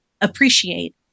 appreciate